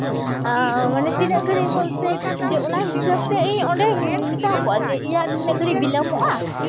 ᱢᱟᱱᱮ ᱛᱤᱱᱟᱹᱜ ᱜᱷᱟᱹᱲᱤᱡ ᱵᱚᱞᱛᱮ ᱡᱮ ᱚᱱᱟ ᱦᱤᱥᱟᱹᱵ ᱛᱮ ᱤᱧ ᱚᱸᱰᱮ ᱢᱮᱛᱟ ᱠᱚᱣᱟ ᱡᱮ ᱤᱧᱟᱹᱜ ᱱᱩᱱᱟᱹᱜ ᱜᱷᱟᱹᱲᱤᱡ ᱵᱤᱞᱚᱢᱚᱜᱼᱟ